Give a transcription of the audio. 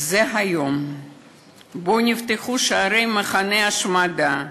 זה היום שבו נפתחו שערי מחנה ההשמדה,